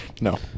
No